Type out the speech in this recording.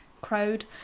crowd